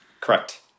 Correct